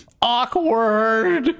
Awkward